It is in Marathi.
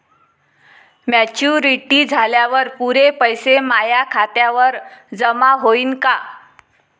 मॅच्युरिटी झाल्यावर पुरे पैसे माया खात्यावर जमा होईन का?